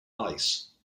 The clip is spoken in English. ice